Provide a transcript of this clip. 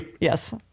Yes